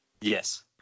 Yes